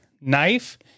knife